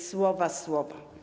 Słowa, słowa.